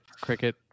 cricket